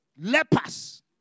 Lepers